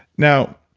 now